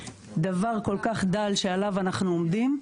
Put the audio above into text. דבר כל כך דל שעליו אנחנו עומדים.